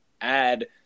add